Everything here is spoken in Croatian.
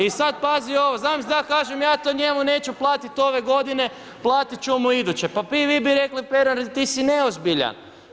I sada pazi ovo, zamisli da ja kažem ja to njemu neću platiti ove godine, platit ću mu iduće, pa vi bi rekli Pernar ti si neozbiljan.